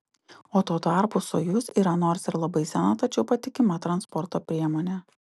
o tuo tarpu sojuz yra nors ir labai sena tačiau patikima transporto priemonė